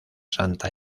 santa